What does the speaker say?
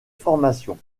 formation